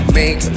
make